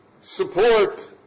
support